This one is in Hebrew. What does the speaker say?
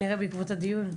כנראה בעקבות הדיון.